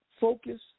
focus